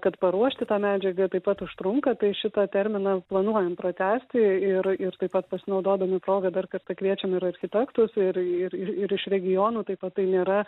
kad paruošti tą medžiagą taip pat užtrunka tai šitą terminą planuojam pratęsti ir ir taip pat pasinaudodami proga dar kartą kviečiam ir architektus ir ir ir iš regionų taip pat tai nėra